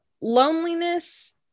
loneliness